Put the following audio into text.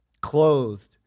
clothed